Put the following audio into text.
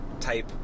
type